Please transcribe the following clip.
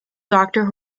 doctor